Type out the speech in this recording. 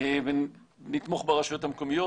נתמוך ברשויות המקומיות.